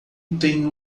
tenho